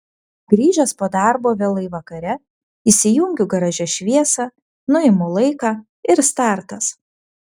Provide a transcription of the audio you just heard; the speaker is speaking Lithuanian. grįžęs po darbo vėlai vakare įsijungiu garaže šviesą nuimu laiką ir startas